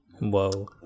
Whoa